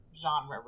genre